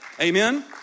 Amen